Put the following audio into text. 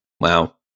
Wow